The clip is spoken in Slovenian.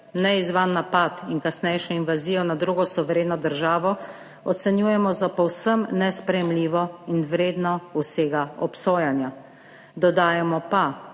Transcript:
Neizzvan napad in kasnejšo invazijo na drugo suvereno državo ocenjujemo za povsem nesprejemljivo in vredno vsega obsojanja. Dodajamo pa,